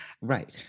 right